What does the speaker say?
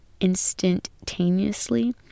instantaneously